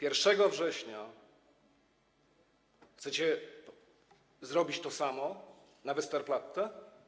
1 września chcecie zrobić to samo na Westerplatte?